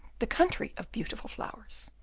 the country of beautiful flowers.